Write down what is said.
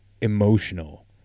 emotional